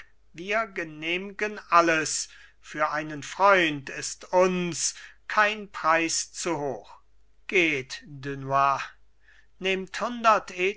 wir genehmgen alles für einen freund ist uns kein preis zu hoch geht dunois nehmt hundert